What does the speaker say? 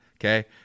Okay